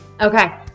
Okay